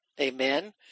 amen